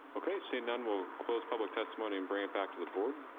okay, seeing none, we'll close public testimony and bring it back to the board.